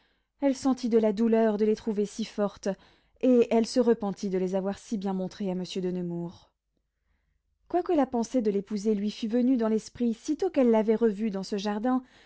elle sentit de la douleur de les trouver si fortes et elle se repentit de les avoir si bien montrées à monsieur de nemours quoique la pensée de l'épouser lui fût venue dans l'esprit sitôt qu'elle l'avait revu dans ce jardin